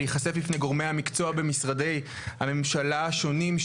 ייחשף בפני גורמי המקצוע במשרדי הממשלה השונים,